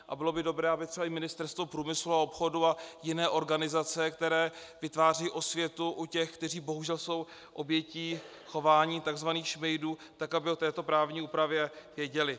A bylo by dobré, aby třeba i Ministerstvo průmyslu a obchodu a jiné organizace, které vytvářejí osvětu u těch, kteří bohužel jsou obětí chování tzv. šmejdů, tak aby o této právní úpravě věděli.